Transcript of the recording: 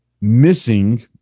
missing